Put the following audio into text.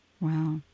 Wow